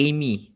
Amy